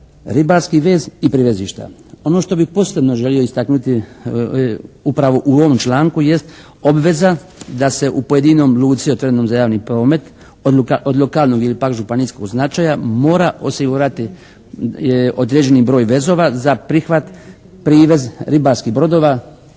ribarski vez i privezišta. Ono što bi posebno želio istaknuti upravo u ovom članku jest obveza da se u pojedinoj luci otvorenoj za javni promet od lokalnog ili pak županijskog značaja mora osigurati određeni broj vezova za prihvat, privez ribarskih brodova